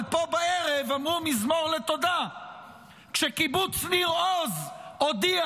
אבל פה בערב אמרו מזמור לתודה כשקיבוץ ניר עוז הודיע